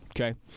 okay